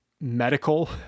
medical